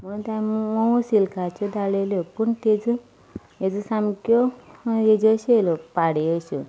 म्हूण त्यो आमी मोव सिल्काच्यो धाडिल्ल्यो पूण तांच्यो ह्यो सामक्यो हाज्यो अशो आयल्यो पाड अशो